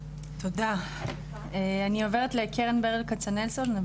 תודה, אני עוברת לאביעד מקרן ברל כצנלסון.